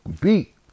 beat